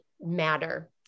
matter